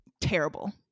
terrible